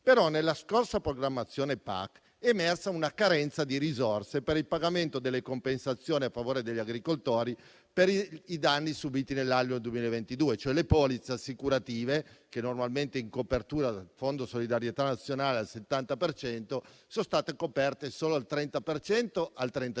Nella scorsa programmazione PAC, però, è emersa una carenza di risorse per il pagamento delle compensazione a favore degli agricoltori per i danni subiti nell'anno 2022. Le polizze assicurative, che normalmente, in copertura Fondo solidarietà nazionale, sono al 70 per cento, sono state coperte solo al 30 per